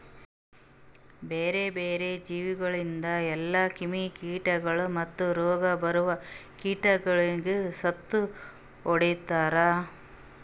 ಬ್ಯಾರೆ ಬ್ಯಾರೆ ಜೀವಿಗೊಳಿಂದ್ ಎಲ್ಲಾ ಕ್ರಿಮಿ ಕೀಟಗೊಳ್ ಮತ್ತ್ ರೋಗ ಬರೋ ಕೀಟಗೊಳಿಗ್ ಸತ್ತು ಹೊಡಿತಾರ್